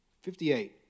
Fifty-eight